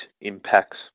impacts